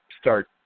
start